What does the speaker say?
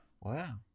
Wow